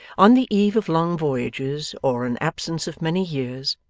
on the eve of long voyages or an absence of many years,